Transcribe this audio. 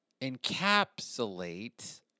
encapsulate